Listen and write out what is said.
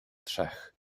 trzech